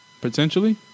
potentially